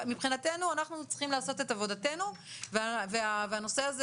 מבחינתנו אנחנו צריכים לעשות את עבודתנו והנושא הזה